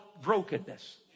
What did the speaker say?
brokenness